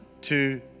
two